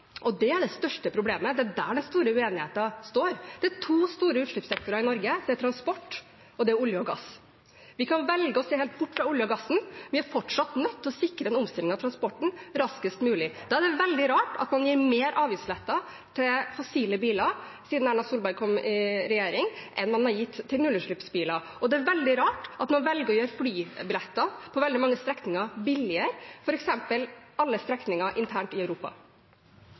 utslippene. Det er det største problemet, det er der den store uenigheten står. Det er to store utslippssektorer i Norge. Det er transport, og det er olje og gass. Vi kan velge å se helt bort fra olje- og gassektoren, men vi er fortsatt nødt til å sikre en omstilling av transportsektoren raskest mulig. Da er det veldig rart at man har gitt mer avgiftslettelser til fossile biler siden Erna Solberg kom i regjering, enn man har gitt til nullutslippsbiler. Og det er veldig rart at man velger å gjøre flybilletter billigere på veldig mange strekninger, f.eks. alle strekningene internt i Europa.